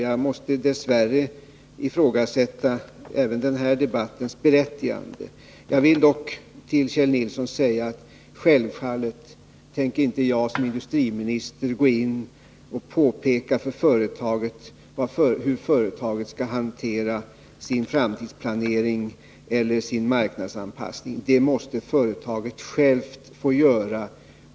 Jag måste dess värre ifrågasätta även denna debatts berättigande. Jag vill dock till Kjell Nilsson säga att jag som industriminster självfallet inte tänker gå in och påpeka för företaget hur man där skall hantera sin framtidsplanering eller sin marknadsanpassning. Det måste företaget självt göra.